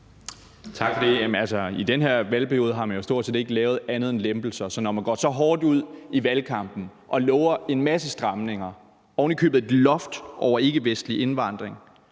i den her valgperiode har man jo stort set ikke lavet andet end lempelser, så når man går så hårdt ud i valgkampen og lover en masse stramninger, ovenikøbet et loft over ikkevestlig indvandring,